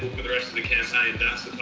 for the rest of the campaign that's